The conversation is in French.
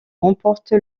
remporte